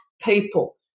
people